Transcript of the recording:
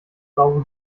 saure